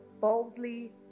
boldly